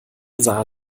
sah